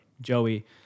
Joey